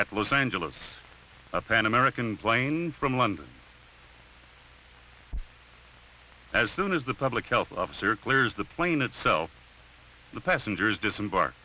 at los angeles up an american plane from london as soon as the public health officer clears the plane itself the passengers disemb